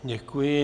Děkuji.